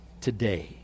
today